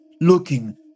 looking